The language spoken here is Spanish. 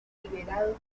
liberado